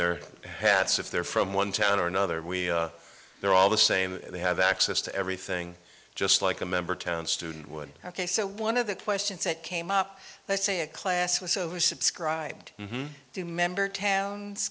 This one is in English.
their hats if they're from one town or another we they're all the same they have access to everything just like a member town student would ok so one of the questions that came up let's say a class was oversubscribed do member town